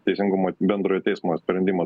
teisingumo bendrojo teismo sprendimą